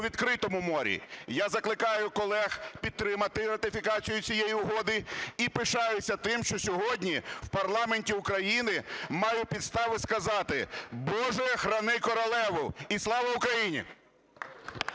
відкритому морі. Я закликаю колег підтримати ратифікацію цієї угоди і пишаюся тим, що сьогодні в парламенті України маю підстави сказати: "Боже, храни королеву". І Слава Україні!